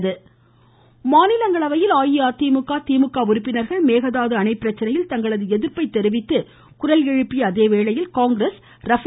கவவவ மாநிலங்களவை மாநிலங்களவையில் அஇஅதிமுக மற்றும் திமுக உறுப்பினர்கள் மேகதாது அணை பிரச்சனையில் தங்களது எதிர்ப்பைத் தெரிவித்து குரல் எழுப்பிய அதே வேளையில் காங்கிரஸ் ரபே